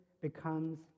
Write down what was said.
becomes